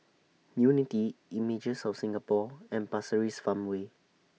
Unity Images of Singapore and Pasir Ris Farmway